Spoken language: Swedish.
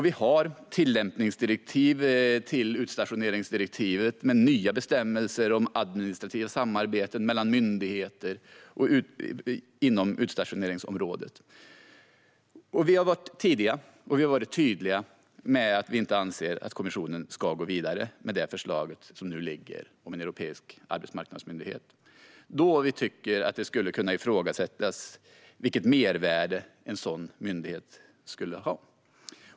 Vi har tillämpningsdirektiv till utstationeringsdirektivet med nya bestämmelser om administrativa samarbeten mellan myndigheter på utstationeringsområdet. Vi har varit tidiga, och vi har varit tydliga med att vi inte anser att kommissionen ska gå vidare med det förslag som nu ligger om en europeisk arbetsmarknadsmyndighet, då vi tycker att det kan ifrågasättas vilket mervärde en sådan myndighet skulle ha.